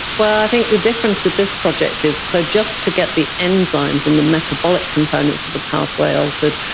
well, i think the difference with this project is so just to get the enzymes and the metabolic components of the pathway altered,